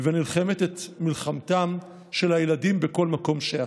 ונלחמת את מלחמתם של הילדים בכל מקום שאת.